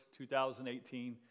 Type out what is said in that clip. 2018